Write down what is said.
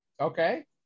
Okay